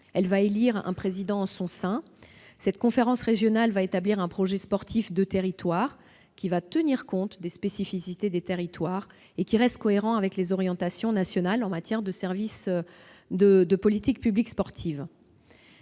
Elles éliront un président en leur sein. Chaque conférence régionale du sport établira un projet sportif de territoire qui tiendra compte des spécificités des territoires et restera cohérent avec les orientations nationales en matière de politique publique sportive.